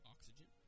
Oxygen